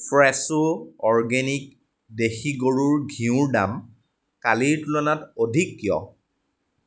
ফ্ৰেছো organic দেশী গৰুৰ ঘিউৰ দাম কালিৰ তুলনাত অধিক কিয়